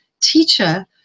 teacher